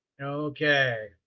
Okay